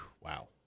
Wow